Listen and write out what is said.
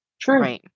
True